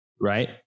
Right